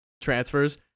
transfers